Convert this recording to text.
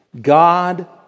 God